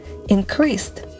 increased